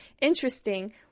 Interesting